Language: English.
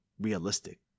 realistic